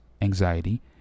anxiety